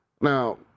Now